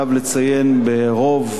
ברוב מכריע,